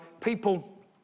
people